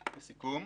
לסיכום,